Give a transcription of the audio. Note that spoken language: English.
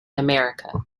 america